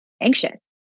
anxious